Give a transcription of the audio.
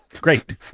Great